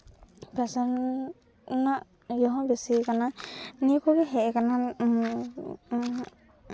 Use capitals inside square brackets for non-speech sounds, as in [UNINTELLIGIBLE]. fashion ᱩᱱᱟᱹᱜ ᱤᱭᱟᱹ ᱦᱚᱸ ᱵᱮᱥᱤᱭ ᱠᱟᱱᱟ ᱱᱤᱭᱟᱹ ᱠᱚᱜᱮ ᱦᱮᱡ ᱠᱟᱱᱟ ᱩᱱᱟᱹᱜ [UNINTELLIGIBLE]